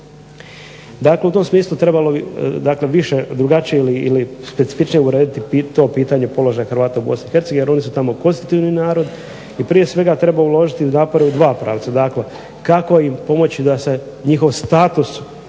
Dakle, u tom smislu trebalo bi drugačije ili specifičnije urediti to pitanje položaja Hrvatima u BiH jer oni su tamo konstitutivni narod, ali prije svega treba uložiti napore u dva pravca. Dakle, kako im pomoći da se njihov status u